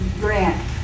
grant